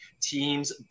teams